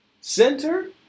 center